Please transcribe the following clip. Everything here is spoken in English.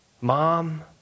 mom